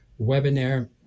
webinar